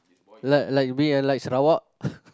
like like we are like Sarawak